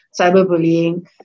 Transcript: cyberbullying